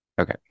Okay